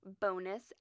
bonus